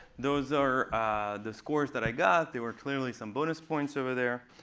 those are the scores that i got. there were clearly some bonus points over there.